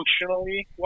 functionally